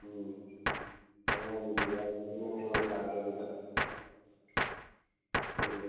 ꯎꯝ ꯑꯉꯥꯡ ꯅꯨꯕꯤ ꯌꯥꯎꯕꯅꯤꯅ ꯃꯣꯔꯣꯛ ꯁꯥꯗꯕꯤꯗ ꯆꯝꯅ